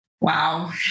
Wow